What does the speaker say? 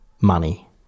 money